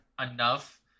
enough